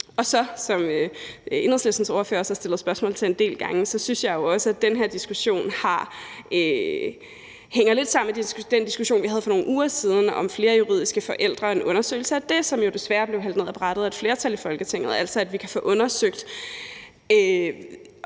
også – som Enhedslistens ordfører også har stillet spørgsmål til en del gange – at den her diskussion hænger lidt sammen med den diskussion, vi havde for nogle uger siden om flere juridiske forældre og en undersøgelse af det, som jo desværre blev hældt ned ad brættet af et flertal i Folketinget, altså at vi kan få undersøgt,